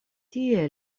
tie